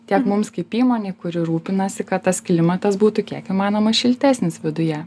tiek mums kaip įmonei kuri rūpinasi kad tas klimatas būtų kiek įmanoma šiltesnis viduje